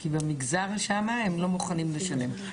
כי במגזר שמה הם לא מוכנים לשלם.